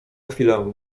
chwilę